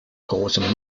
großem